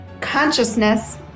consciousness